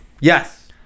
Yes